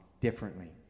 differently